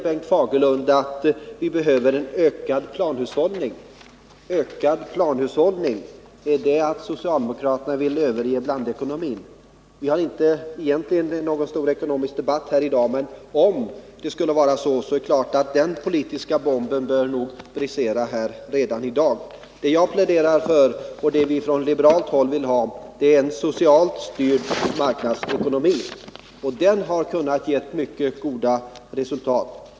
Bengt Fagerlund säger att vi behöver en ökad planhushållning. Ökad planhushållning — innebär det att socialdemokraterna vill överge blandekonomin? Vi har inte någon ekonomisk debatt här i dag, men om det skulle vara så att socialdemokraterna har intagit en ny ståndpunkt, bör nog den politiska bomben brisera redan här i dag. Vad jag pläderar för och vad vi från liberalt håll vill ha är en socialt styrd marknadsekonomi. Den har kunnat ge mycket goda resultat.